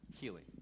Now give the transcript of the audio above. healing